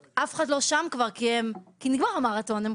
ואף אחד כבר לא שם, כי המרתון כבר נגמר.